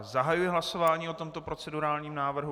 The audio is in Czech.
Zahajuji hlasování o tomto procedurálním návrhu.